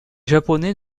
japonais